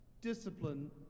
Discipline